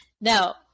Now